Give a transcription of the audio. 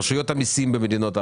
רשויות המסים במדינות אחרות?